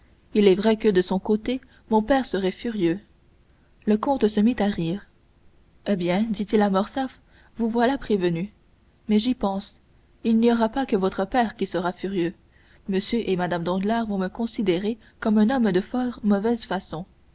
il est vrai que de son côté mon père serait furieux le comte se mit à rire eh bien dit-il à morcerf vous voilà prévenu mais j'y pense il n'y aura pas que votre père qui sera furieux m et mme danglars vont me considérer comme un homme de fort mauvaise façon